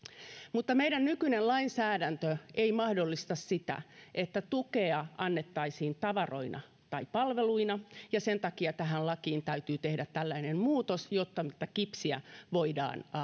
mutta meidän nykyinen lainsäädäntömme ei mahdollista sitä että tukea annettaisiin tavaroina tai palveluina ja sen takia tähän lakiin täytyy tehdä tällainen muutos jotta tätä kipsiä voidaan